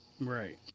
Right